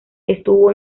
estuvo